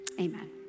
Amen